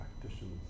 practitioners